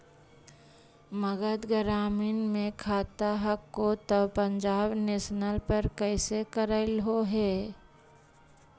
मध्य ग्रामीण मे खाता हको तौ पंजाब नेशनल पर कैसे करैलहो हे?